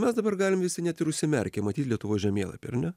mes dabar galim visi net ir užsimerkę matyt lietuvos žemėlapį ar ne